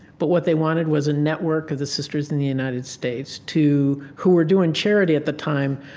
but what they wanted was a network of the sisters in the united states to who were doing charity at the time,